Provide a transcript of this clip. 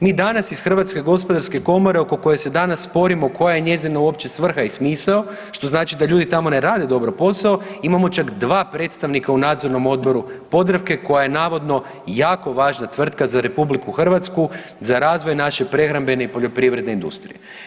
Mi danas iz Hrvatske gospodarske komore oko koje se danas sporimo koja je njezina uopće svrha i smisao, što znači da ljudi tamo ne rade dobro posao imamo čak dva predstavnika u Nadzornom odboru Podravke koja je navodno jako važna tvrtka za RH, za razvoj naše prehrambene i poljoprivredne industrije.